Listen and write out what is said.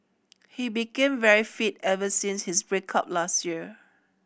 he became very fit ever since his break up last year